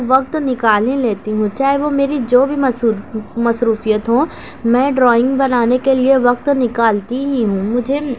وقت نکال ہی لیتی ہوں چاہے وہ میری جو بھی مصروفیت ہو میں ڈرائنگ بنانے کے لیے وقت نکالتی ہی ہوں مجھے